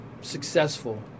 successful